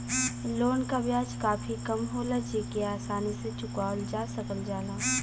loan क ब्याज काफी कम होला जेके आसानी से चुकावल जा सकल जाला